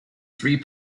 three